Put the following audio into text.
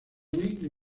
muy